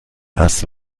das